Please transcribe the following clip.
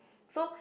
so